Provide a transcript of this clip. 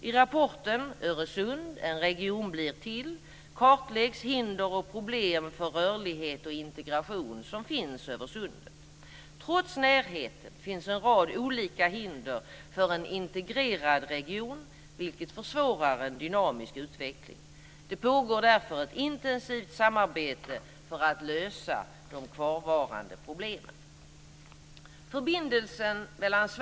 I rapporten Öresund - en region blir till kartläggs hinder och problem för rörlighet och integration som finns över Sundet. Trots närheten finns en rad olika hinder för en integrerad region, vilket försvårar en dynamisk utveckling. Det pågår därför ett intensivt samarbete för att lösa de kvarvarande problemen.